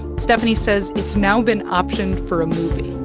steffanie says it's now been optioned for a movie